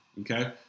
Okay